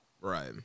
right